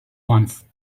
once